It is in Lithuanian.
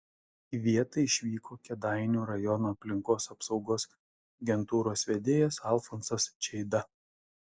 į vietą išvyko kėdainių rajono aplinkos apsaugos agentūros vedėjas alfonsas čeida